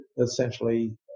essentially